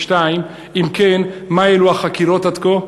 2. אם כן, מה העלו החקירות עד כה?